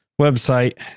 website